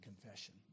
Confession